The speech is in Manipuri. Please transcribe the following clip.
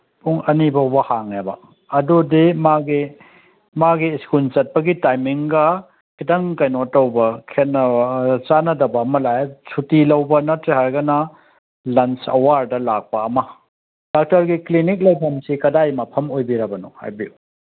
ꯄꯨꯡ ꯑꯅꯤꯕꯧꯕ ꯍꯥꯡꯉꯦꯕ ꯑꯗꯨꯗꯤ ꯃꯥꯒꯤ ꯃꯥꯒꯤ ꯁ꯭ꯀꯨꯜ ꯆꯠꯄꯒꯤ ꯇꯥꯏꯃꯤꯡꯒ ꯈꯤꯇꯪ ꯀꯩꯅꯣ ꯇꯧꯕ ꯈꯦꯠꯅ ꯑꯗ ꯆꯥꯅꯗꯕ ꯑꯃ ꯂꯥꯛꯑꯦ ꯁꯨꯇꯤ ꯂꯧꯕ ꯅꯠꯇ꯭ꯔꯦ ꯍꯥꯏꯔꯒꯅ ꯂꯟꯁ ꯑꯋꯥꯔꯗ ꯂꯥꯛꯄ ꯑꯃ ꯗꯥꯛꯇꯔꯒꯤ ꯀ꯭ꯂꯤꯅꯤꯛ ꯂꯩꯕꯝꯁꯤ ꯀꯗꯥꯏ ꯃꯐꯝ ꯑꯣꯏꯕꯤꯔꯕꯅꯣ ꯍꯥꯏꯕꯤꯌꯨ